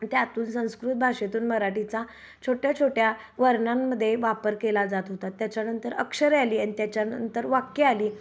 त्यातून संस्कृत भाषेतून मराठीचा छोट्या छोट्या वर्णांमध्ये वापर केला जात होता त्याच्यानंतर अक्षरे आली आणि त्याच्यानंतर वाक्य आली